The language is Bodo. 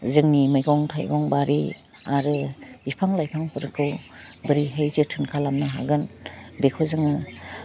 जोंनि मैगं थाइगं बारि आरो बिफां लाइफांफोरखौ बोरैहाय जोथोन खालामनो हागोन बेखौ जोङो